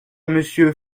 monsieur